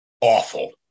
awful